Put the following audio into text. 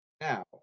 Now